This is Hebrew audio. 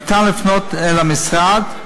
ניתן לפנות אל המשרד,